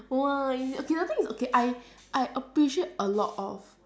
!wah! is it okay the thing is okay I I appreciate a lot of